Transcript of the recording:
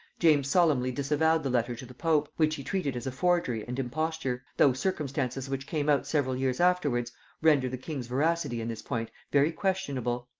james solemnly disavowed the letter to the pope, which he treated as a forgery and imposture though circumstances which came out several years afterwards render the king's veracity in this point very questionable.